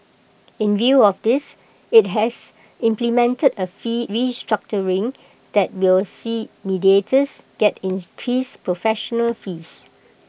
in view of this IT has implemented A fee that will see mediators get entrance professional fees